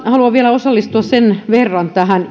haluan vielä osallistua tähän